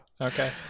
okay